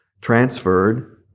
transferred